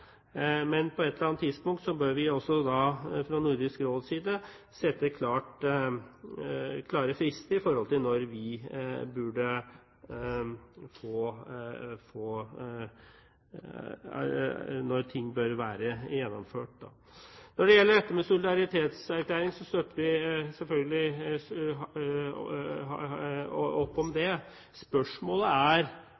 Men på et eller annet tidspunkt bør vi fra Nordisk Råds side sette klare frister for når noe bør være gjennomført. Når det gjelder dette med solidaritetserklæring, støtter vi selvfølgelig opp om